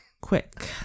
Quick